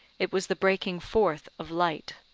it was the breaking forth of light.